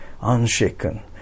unshaken